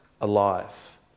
alive